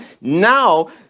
Now